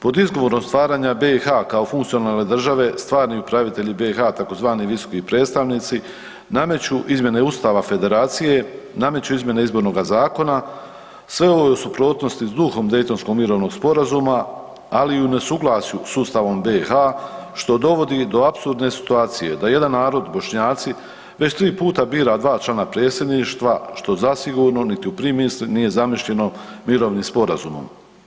Pod izgovorom stvaranja BiH-a kao funkcionalne države, stvarni upravitelji BiH-a, tzv. visoki predstavnici, nameću izmjene Ustava Federacije, nameću izmjene Izbornoga zakona, sve ovo je u suprotnosti s duhom Daytonskog mirovnog sporazuma ali i u nesuglasju s ustavom BiH-a što dovodi do apsurdne situacije, da jedan narod, Bošnjaci, već tri puta bira dva člana Predsjedništva što zasigurno niti u primisli nije zamišljeno mirovnim sporazumom.